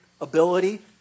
ability